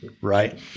right